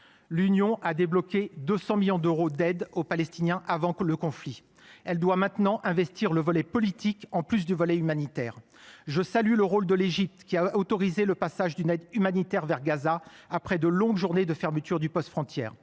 a débloqué 200 millions d’euros d’aide aux Palestiniens avant le conflit. Elle doit désormais investir le volet politique en plus du volet humanitaire. Je salue le rôle de l’Égypte, qui a autorisé le passage d’une aide humanitaire vers Gaza après de longues journées de fermeture du poste frontière.